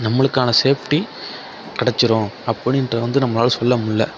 நம்முளுக்கான safety கிடைச்சிரும் அப்படின்றது வந்து நம்மளால் சொல்ல முடியலை